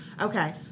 Okay